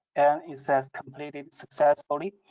and it says completed successfully.